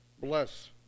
Bless